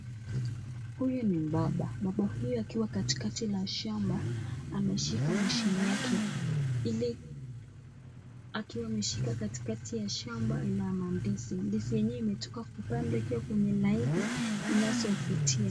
Huyu ni mbaba. Baba huyu akiwa katikati la shamba ameshika mashini yake ili akiwa ameshika katikati ya shamba la mandizi. Ndizi yenyewe imetoka kupandwa ikiwa kwenye laini inazovutia.